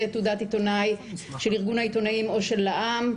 תעודת עיתונאי של ארגון העיתונאים או של לע"מ,